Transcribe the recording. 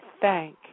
thank